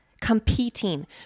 competing